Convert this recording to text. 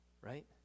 Right